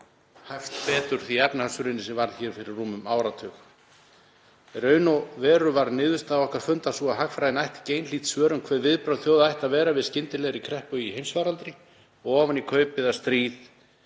hæft betur því efnahagshruni sem varð hér fyrir rúmum áratug. Í raun og veru varð niðurstaða okkar fundar sú að hagfræðin ætti ekki einhlít svör um hver viðbrögð þjóða ættu að vera við skyndilegri kreppu í heimsfaraldri og ofan í kaupið að stríð